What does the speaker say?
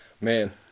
Man